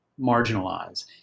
marginalize